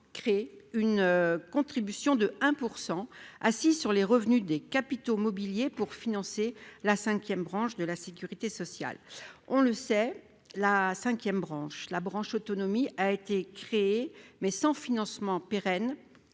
crée une contribution de 1 pour 100 assis sur les revenus des capitaux mobiliers pour financer la 5ème, branche de la Sécurité sociale, on le sait, la 5ème, branche la branche autonomie a été créée, mais sans financement pérenne